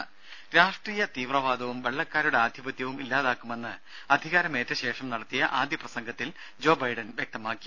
രെട രാഷ്ട്രീയ തീവ്രവാദവും വെള്ളക്കാരുടെ ആധിപത്യവും ഇല്ലാതാക്കുമെന്ന് അധികാരമേറ്റശേഷം നടത്തിയ ആദ്യ പ്രസംഗത്തിൽ ജോ ബൈഡൻ വ്യക്തമാക്കി